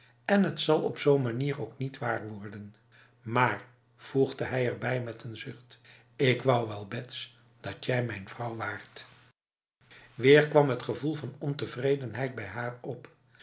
en het zal op zo'n manier ook niet waar worden maar voegde hij erbij met een zucht ik wou wel bets dat jij mijn vrouw waart weer kwam het gevoel van ontevredenheid bij haar op